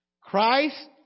Christ